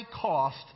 cost